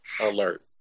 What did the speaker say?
alert